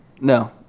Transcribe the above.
No